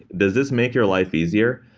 does this make your life easier?